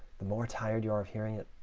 the more tired you are of hearing it,